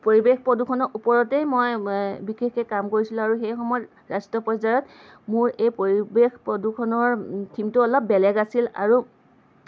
পৰিৱেশ প্ৰদূষণৰ ওপৰতেই মই বিশেষকে কাম কৰিছিলোঁ আৰু সেই সময়ত ৰাষ্ট্ৰীয় পৰ্যায়ত মোৰ এই পৰিৱেশ প্ৰদূষণৰ থিমটো অলপ বেলেগ আছিল আৰু